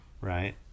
right